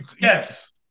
yes